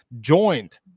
joined